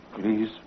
Please